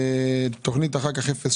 אחר כך תוכנית 02,